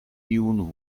tiun